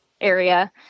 area